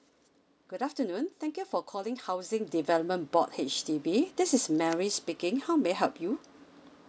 good afternoon thank you for calling housing development board H_D_B this is mary speaking how may I help you